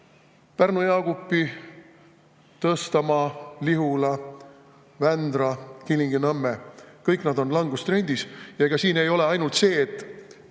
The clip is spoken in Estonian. Pärnu-Jaagupi, Tõstamaa, Lihula, Vändra, Kilingi-Nõmme – langustrendis. Ja ega siin ei ole ainult see, et